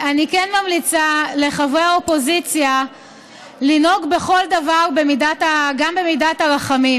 אני כן ממליצה לחברי האופוזיציה לנהוג בכל דבר גם במידת הרחמים.